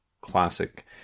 classic